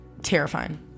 terrifying